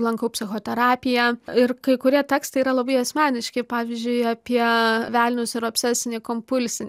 lankau psichoterapiją ir kai kurie tekstai yra labai asmeniški pavyzdžiui apie velnius ir obsesinį kompulsinį